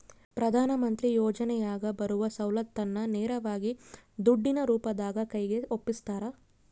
ಪ್ರಧಾನ ಮಂತ್ರಿ ಯೋಜನೆಯಾಗ ಬರುವ ಸೌಲತ್ತನ್ನ ನೇರವಾಗಿ ದುಡ್ಡಿನ ರೂಪದಾಗ ಕೈಗೆ ಒಪ್ಪಿಸ್ತಾರ?